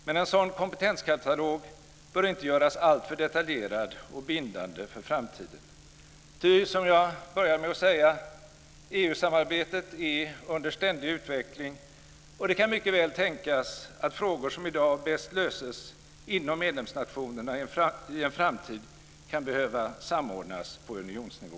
Men en sådan kompenskatalog bör inte göras alltför detaljerad och bindande för framtiden. Ty - som jag började med att säga - EU-samarbetet är under ständig utveckling, och det kan mycket väl tänkas att frågor som i dag bäst löses inom medlemsnationerna i en framtid kan behöva samordnas på unionsnivå.